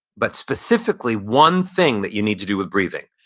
but specifically, one thing that you need to do with breathing.